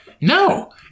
no